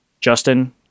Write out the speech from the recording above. Justin